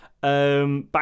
Back